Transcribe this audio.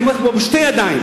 הייתי תומך בו בשתי ידיים.